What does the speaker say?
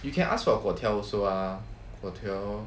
you can ask for 粿条 also ah 粿条